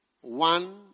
One